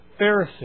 Pharisee